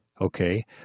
okay